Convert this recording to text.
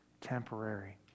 temporary